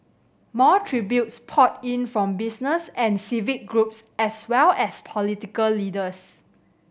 more tributes poured in from business and civic groups as well as political leaders